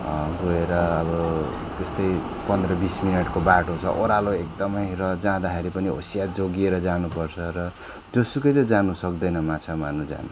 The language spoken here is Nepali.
गएर अब त्यस्तै पन्ध्र बिस मिनटको बाटो छ ओह्रालो एकदमै र जाँदाखेरि पनि होसियार जोगिएर जानुपर्छ र जोसुकै चाहिँ जान सक्दैन माछा मार्नु जानु